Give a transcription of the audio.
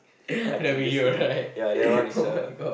I think just say ya that one is a